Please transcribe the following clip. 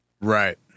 Right